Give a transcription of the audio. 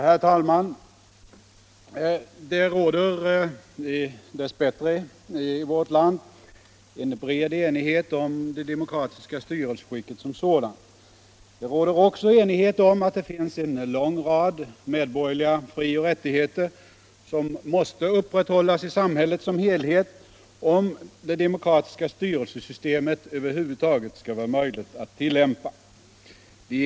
Herr talman! Det råder dess bättre i vårt land en bred enighet om det demokratiska styrelseskicket som sådant. Det råder också enighet om att det finns en lång rad medborgerliga frioch rättigheter som måste upprätthållas i samhället som helhet, om det demokratiska styrelsesystemet över huvud taget skall vara möjligt att tillämpa.